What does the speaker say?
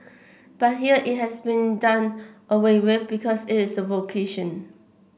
but here it has been done away with because it is a vocation